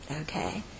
Okay